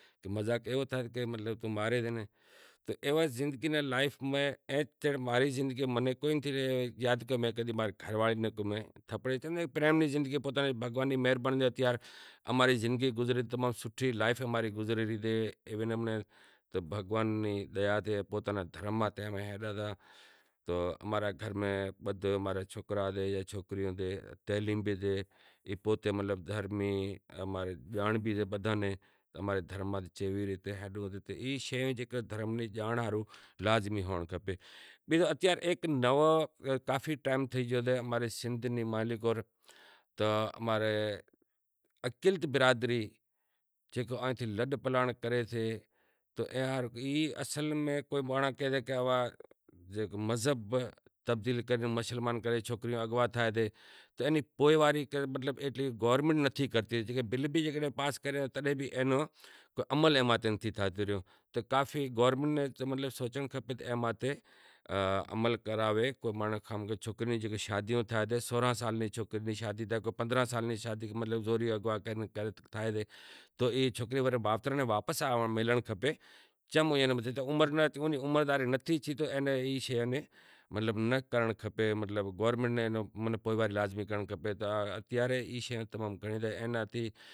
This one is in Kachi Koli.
مذاق ایوو کہ ماں رے زندگی میں پہریں چکر تھپڑیں ہنڑی بھگوان نی مہربانی تھیں امیں ہیکے بیزے تھیں ناں رسی پڑوں۔ اماں ری زندگی سوٹھی لائیف گزرے ری اماں ری سوکریاں ان سوکرا تعلیم لئی ریا ایک مطلب گھر میں جانڑ ہاروں کافی کام کریں، ہیک کافی ٹیم تھے گیو اماں ری سندہ ماں اقلیت برادری لڈپلانڑ کرے سے ای اصل میں مانڑاں کہیسیں کہ تماں نیں مذہب تبدیل کرے سوکریں مسلمان تھئیں تیں نی پوئیواری ایتلی گورمینٹ نتھی کرتی کو اینو بل بھی پاس کرے تو عمل نتھی تھاتو ریو تو گورمینٹ ناں کھپے ای ماتھے عمل کرائے کہ شادیوں تھاتیں تو سورانہں سال نی سوکریاں ری شادیں کو پندرانہں سال نی شادی مطلب زوری اغوا کرے زائیں تو ای سوکریں مائتاں ناں واپس میلہنڑ کھپیں چم عمر تو نتھی ای شیئں ناں کرنڑ کھپیں گورمینٹ نے پوئیواری راکھنڑ کپھے۔